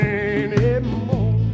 anymore